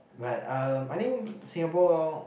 but um I think Singapore